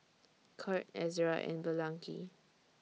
Kurt Ezra and Blanchie